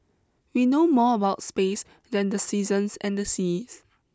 we know more about space than the seasons and seas